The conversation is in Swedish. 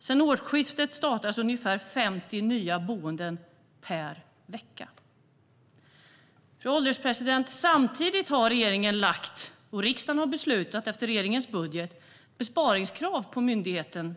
Sedan årsskiftet startas ungefär 50 nya boenden per vecka. Fru ålderspresident! Samtidigt har regeringen lagt fram budgeten och riksdagen därefter beslutat om besparingskrav på tillsynsmyndigheten